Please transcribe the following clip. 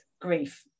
grief